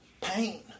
Pain